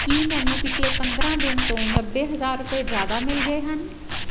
ਕੀ ਮੈਨੂੰ ਪਿਛਲੇ ਪੰਦਰਾਂ ਦਿਨ ਤੋਂ ਨੱਬੇ ਹਜ਼ਾਰ ਰੁਪਏ ਜ਼ਿਆਦਾ ਮਿਲ ਗਏ ਹਨ